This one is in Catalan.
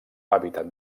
hàbitat